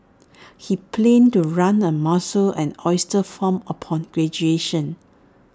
he planned to run A mussel and oyster farm upon graduation